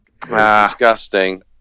disgusting